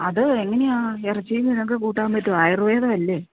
അത് എങ്ങനെ ആണ് ഇറച്ചിയും മീനൊക്കെ കൂട്ടാൻ പറ്റുമോ ആയുർവേദം അല്ലേ